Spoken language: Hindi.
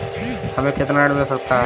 हमें कितना ऋण मिल सकता है?